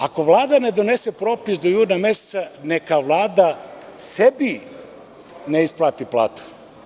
Ako Vlada ne donese propis do juna meseca, neka Vlada sebi ne isplati platu.